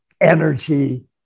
energy